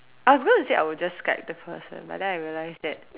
I was gonna say I would just Skype the person but then I realised that